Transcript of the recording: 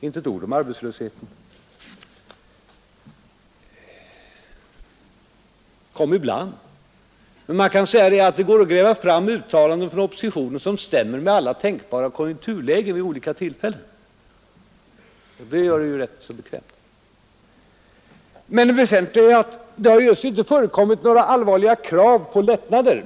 Inte ett ord om arbetslösheten. Den togs upp ibland. Man kan emellertid säga att det går att gräva fram uttalanden från oppositionen som stämmer med alla tänkbara konjunkturlägen vid olika tillfällen, och det gör det ju rätt så bekvämt. Men det väsentliga är att det just inte förekommit några allvarliga krav på lättnader.